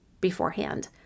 beforehand